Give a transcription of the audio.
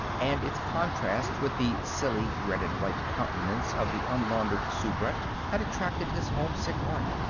and its contrast with the silly, red and-white countenance of the unlaundered soubrette had attracted his homesick heart.